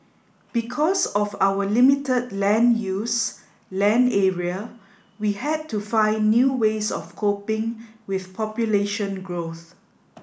because of our limited land use land area we had to find new ways of coping with population growth